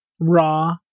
raw